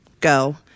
Go